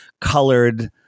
colored